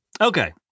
Okay